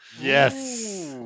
Yes